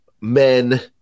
men